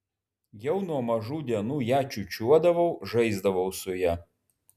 jau nuo mažų dienų ją čiūčiuodavau žaisdavau su ja